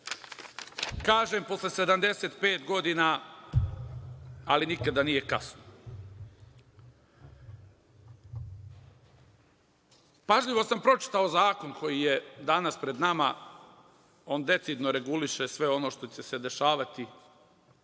posle 75 godina, ali nikada nije kasno. Pažljivo sam pročitao zakon koji je danas pred nama i on decidno reguliše sve ono što će se dešavati